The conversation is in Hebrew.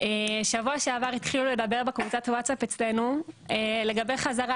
בשבוע שעבר התחילו לדבר בקבוצת הווטסאפ אצלנו לגבי חזרה,